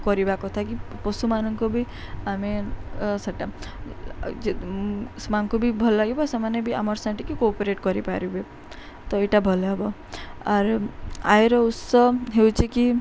କରିବା କଥା କି ପଶୁମାନଙ୍କୁ ବି ଆମେ ସେଇଟା ସେମାନଙ୍କୁ ବି ଭଲ ଲାଗିବ ସେମାନେ ବି ଆମର୍ ସେଟିକି କୋପରେଟ୍ କରିପାରିବେ ତ ଏଇଟା ଭଲ ହବ ଆର୍ ଆୟର ଉତ୍ସ ହେଉଛି କି